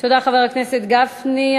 תודה, חבר הכנסת גפני.